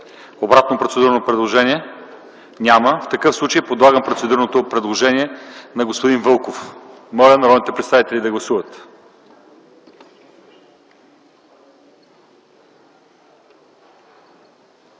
Обратно процедурно предложение? Няма. В такъв случай подлагам на гласуване процедурното предложение на господин Вълков. Моля народните представители да гласуват.